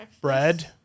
Bread